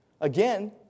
Again